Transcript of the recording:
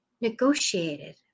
negotiated